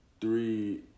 three